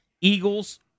Eagles